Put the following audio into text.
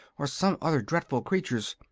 or some other dreadful creatures!